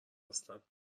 هستم